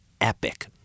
epic